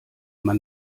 man